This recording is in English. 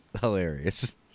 hilarious